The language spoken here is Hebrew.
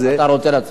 אתה רוצה להצביע?